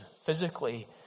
physically